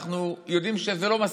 אנחנו יודעים שזה לא מספיק.